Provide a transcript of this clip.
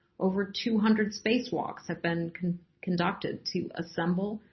over two hundred space walks have been conducted to assemble,